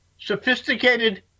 sophisticated